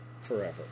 forever